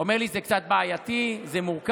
אומר לי: זה קצת בעייתי, זה מורכב,